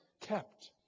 kept